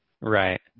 Right